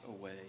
away